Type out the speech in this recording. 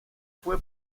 fue